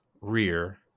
rear